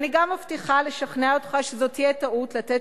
אני גם מבטיחה לשכנע אותך שזאת תהיה טעות לתת